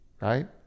right